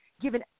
given